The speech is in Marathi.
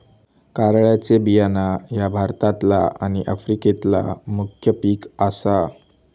कारळ्याचे बियाणा ह्या भारतातला आणि आफ्रिकेतला मुख्य पिक आसा